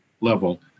level